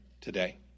today